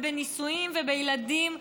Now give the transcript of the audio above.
ובנישואים ובילדים.